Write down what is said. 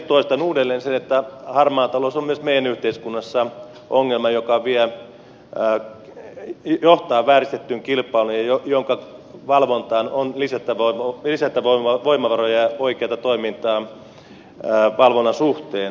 toistan uudelleen sen että harmaa talous on myös meidän yhteiskunnassa ongelma joka johtaa vääristettyyn kilpailuun ja jonka valvontaan on lisättävä voimavaroja ja oikeata toimintaa valvonnan suhteen